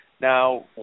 Now